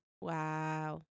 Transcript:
Wow